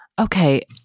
Okay